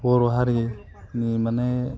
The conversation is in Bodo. बर' हारिनि माने